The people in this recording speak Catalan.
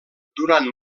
durant